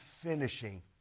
finishing